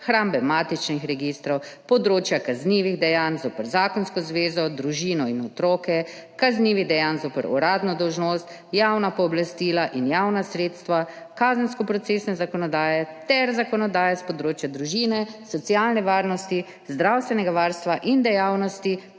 hrambe matičnih registrov, področja kaznivih dejanj zoper zakonsko zvezo, družino in otroke, kaznivih dejanj zoper uradno dolžnost, javna pooblastila in javna sredstva, kazensko procesne zakonodaje ter zakonodaje s področja družine, socialne varnosti zdravstvenega varstva in dejavnosti